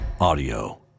audio